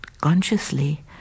consciously